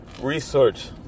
research